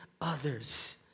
others